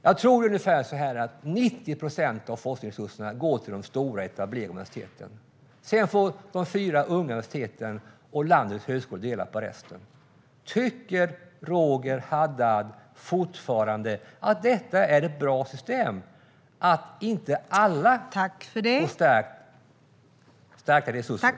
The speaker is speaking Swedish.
Jag tror att ungefär 90 procent av forskningsresurserna går till de stora, etablerade universiteten. Sedan får de fyra unga universiteten och landets högskolor dela på resten. Tycker Roger Haddad fortfarande att det är ett bra system att inte alla får stärkta resurser?